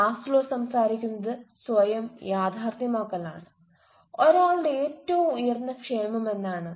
Maslow സംസാരിക്കുന്നത് സ്വയം യാഥാർത്ഥ്യമാക്കലാണ് ഒരാളുടെ ഏറ്റവും ഉയർന്ന ക്ഷേമമെന്നാണ്